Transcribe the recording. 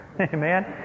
Amen